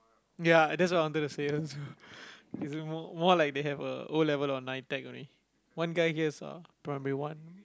ya that's what I wanted to say also is it m~ more like they have a o-level or NITEC only one guy here's uh primary-one